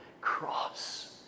cross